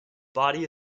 body